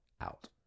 out